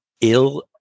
ill